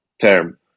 term